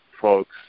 folks